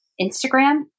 Instagram